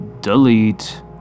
Delete